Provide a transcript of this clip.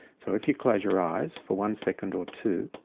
so if you close your eyes for one second or two,